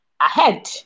ahead